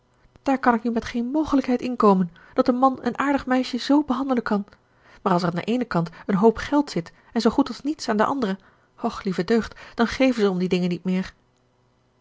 daar kan ik nu met geen mogelijkheid inkomen dat een man een aardig meisje z behandelen kan maar als er aan den eenen kant een hoop geld zit en zoo goed als niets aan den anderen och lieve deugd dan geven ze om die dingen niet meer